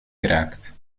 geraakt